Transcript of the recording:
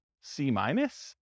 C-minus